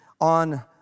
on